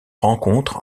rencontre